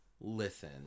listen